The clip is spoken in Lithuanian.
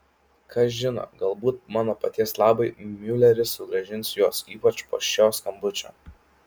kas žino galbūt mano paties labui miuleris sugrąžins juos ypač po šio skambučio